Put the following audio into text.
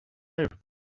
tire